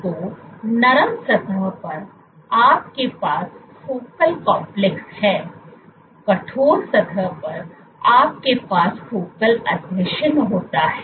तो नरम सतह पर आपके पास फोकल कॉम्प्लेक्स हैं कठोर सतह पर आपके पास फोकल आसंजन होता है